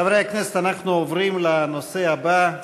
חברי הכנסת, אנחנו עוברים לנושא הבא.